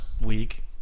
week